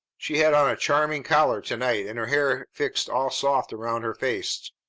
she had on a charming collar to-night, and her hair fixed all soft around her face.